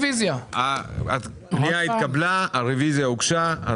הפנייה התקבלה, הרביזיה הוגשה.